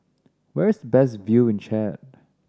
where is the best view in Chad